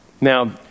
Now